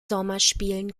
sommerspielen